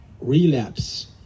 relapse